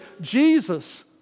Jesus